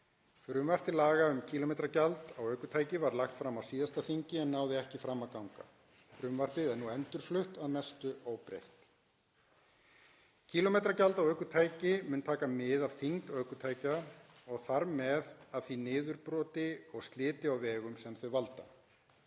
Frumvarp til laga um kílómetragjald á ökutæki var lagt fram á síðasta þingi en náði ekki fram að ganga. Frumvarpið er nú endurflutt að mestu óbreytt. Kílómetragjald á öll ökutæki mun taka mið af þyngd ökutækja og þar með af því niðurbroti og sliti á vegum sem þau valda.